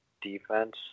defense